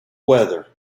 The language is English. weather